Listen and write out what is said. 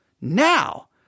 Now